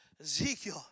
Ezekiel